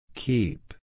Keep